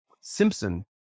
Simpson